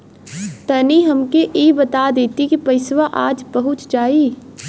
तनि हमके इ बता देती की पइसवा आज पहुँच जाई?